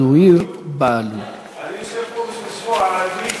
אני יושב פה בשביל לשמוע אנגלית,